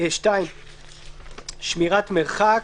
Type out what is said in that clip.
2. שמירת מרחק.